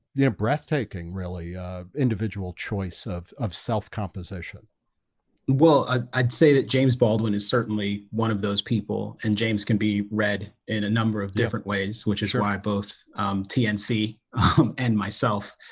you know breathtaking really, ah individual choice of of self-composition well i'd say that james baldwin is certainly one of those people and james can be read in a number of different ways which is why both um tnc um and myself, ah,